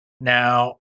Now